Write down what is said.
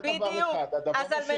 מצוין.